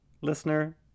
listener